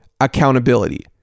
accountability